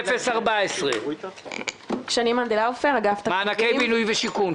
42-014 מענקי בינוי ושיכון.